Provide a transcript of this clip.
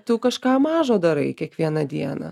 tu kažką mažo darai kiekvieną dieną